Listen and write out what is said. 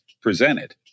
presented